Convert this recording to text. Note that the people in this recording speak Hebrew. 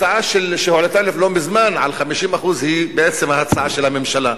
הצעה שהועלתה לא מזמן על 50% היא הצעה של הממשלה.